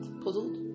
puzzled